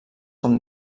com